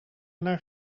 naar